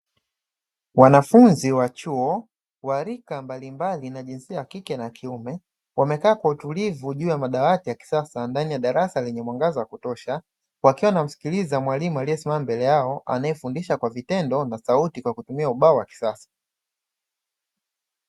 Wanafunzi wa chuo warika mbalimbali na jinsia ya kike na kiume, wamekaa kwa utulivu juu ya madawati ya kisasa ndani ya darasa lenye mwangaza wa kutosha, wakiwa wanamsikiliza mwalimu aliyesimama mbele yao anayefundisha kwa vitendo, na sauti kwa kutumia ubao wa kisasa.